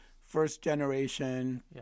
first-generation